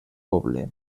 poble